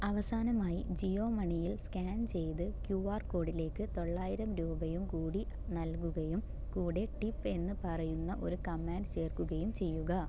അവസാനമായി ജിയോ മണിയിൽ സ്കാൻ ചെയ്ത് ക്യു ആർ കോഡിലേക്ക് തൊള്ളായിരം രൂപയും കൂടി നൽകുകയും കൂടെ ടിപ്പ് എന്ന് പറയുന്ന ഒരു കമാൻറ്റ് ചേർക്കുകയും ചെയ്യുക